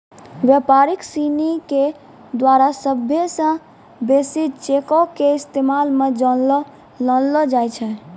व्यापारी सिनी के द्वारा सभ्भे से बेसी चेको के इस्तेमाल मे लानलो जाय छै